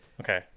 Okay